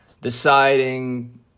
deciding